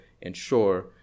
ensure